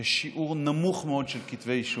יש שיעור נמוך מאוד של כתבי אישום,